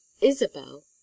isabel